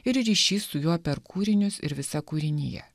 ir ryšys su juo per kūrinius ir visa kūrinija